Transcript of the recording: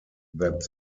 that